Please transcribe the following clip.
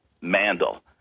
Mandel